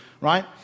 right